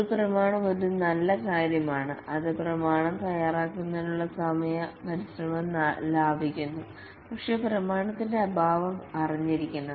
ഒരു പ്രമാണം ഒരു നല്ല കാര്യമാണ് അത് പ്രമാണം തയ്യാറാക്കുന്നതിനുള്ള സമയ പരിശ്രമം ലാഭിക്കുന്നു പക്ഷേ പ്രമാണത്തിന്റെ അഭാവം അറിഞ്ഞിരിക്കണം